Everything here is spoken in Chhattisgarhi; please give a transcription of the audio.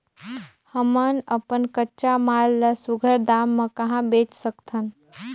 हमन अपन कच्चा माल ल सुघ्घर दाम म कहा बेच सकथन?